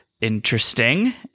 interesting